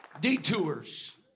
Detours